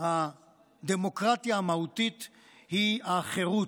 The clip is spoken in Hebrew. הדמוקרטיה המהותית היא החירות,